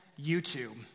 YouTube